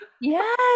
Yes